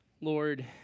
Lord